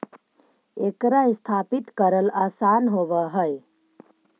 एकरा स्थापित करल आसान होब हई